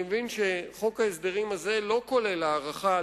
אני מבין שחוק ההסדרים הזה לא כולל הארכה,